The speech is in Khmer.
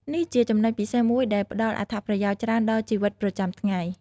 នេះជាចំណុចពិសេសមួយដែលផ្តល់អត្ថប្រយោជន៍ច្រើនដល់ជីវិតប្រចាំថ្ងៃ ។